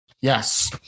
yes